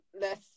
less